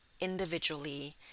individually